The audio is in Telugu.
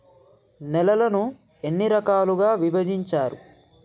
నేలలను ఎన్ని రకాలుగా విభజించారు?